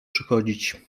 przychodzić